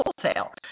wholesale